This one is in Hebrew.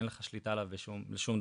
אין לך שליטה עליו בשום דבר.